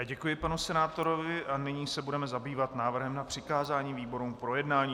Děkuji panu senátorovi a nyní se budeme zabývat návrhem na přikázání výborům k projednání.